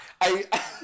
I-